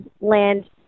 land